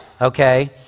okay